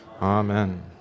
Amen